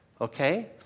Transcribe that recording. okay